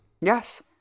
Yes